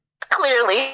Clearly